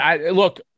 look –